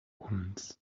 omens